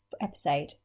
episode